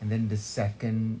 and then the second